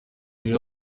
rero